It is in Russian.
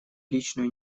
личную